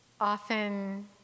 often